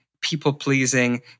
people-pleasing